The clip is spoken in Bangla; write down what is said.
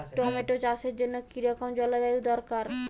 টমেটো চাষের জন্য কি রকম জলবায়ু দরকার?